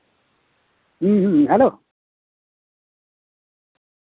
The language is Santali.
ᱦᱩᱸ ᱦᱩᱸ ᱦᱮᱞᱳ